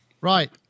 Right